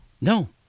No